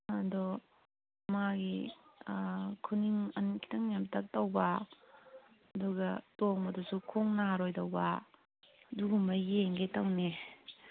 ꯑꯗꯣ ꯃꯥꯒꯤ ꯈꯨꯅꯤꯡ ꯈꯤꯠꯇꯪ ꯅꯦꯝꯇꯛ ꯇꯧꯕ ꯑꯗꯨꯒ ꯇꯣꯡꯕꯗꯁꯨ ꯈꯣꯡ ꯅꯔꯣꯏꯗꯧꯕ ꯑꯗꯨꯒꯨꯝꯕ ꯌꯦꯡꯒꯦ ꯇꯧꯅꯦ